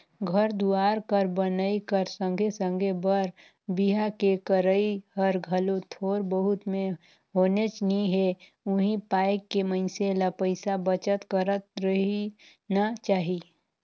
घर दुवार कर बनई कर संघे संघे बर बिहा के करई हर घलो थोर बहुत में होनेच नी हे उहीं पाय के मइनसे ल पइसा बचत करत रहिना चाही